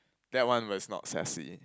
that one was not sassy